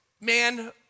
man